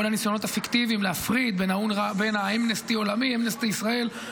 כל הניסיונות הפיקטיביים להפריד בין אמנסטי העולמי לבין אמנסטי ישראל,